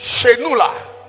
Shenula